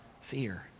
fear